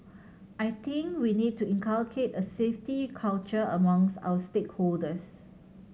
I think we need to inculcate a safety culture amongst our stakeholders